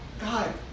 God